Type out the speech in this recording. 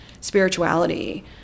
spirituality